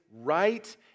right